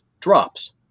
drops